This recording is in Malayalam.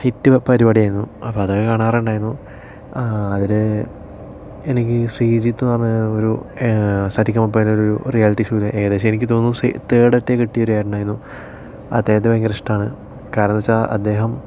ഹിറ്റ് പരിപാടിയായിരുന്നു അപ്പോൾ അതൊക്കെ കാണാറുണ്ടായിരുന്നു അതിൽ എനിക്ക് ശ്രീജിത്ത് എന്നു പറഞ്ഞ ഒരു സരിഗമപായിലെ ഒരു റിയാലിറ്റി ഷോയിലെ ഏകദേശം എനിക്ക് തോന്നുന്നു തേർഡ് ഒക്കെ കിട്ടിയ ഒരു ഏട്ടൻ ആയിരുന്നു അദ്ദേഹത്തെ ഭയങ്കര ഇഷ്ടമാണ് കാരണം എന്നു വച്ചാൽ അദ്ദേഹം